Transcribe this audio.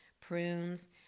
prunes